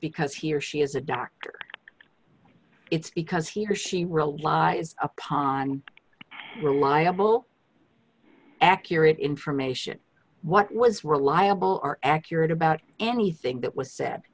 because he or she is a doctor it's because he or she relied upon reliable accurate information what was reliable or accurate about anything that w